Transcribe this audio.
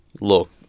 look